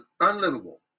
Unlivable